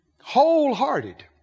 Wholehearted